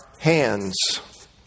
hands